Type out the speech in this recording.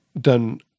done